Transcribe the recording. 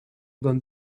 donne